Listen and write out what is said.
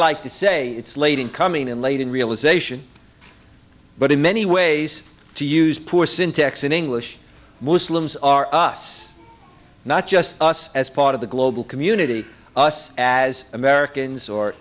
like to say it's late in coming in late in realisation but in many ways to use poor syntax in english muslims are us not just us as part of the global community us as americans or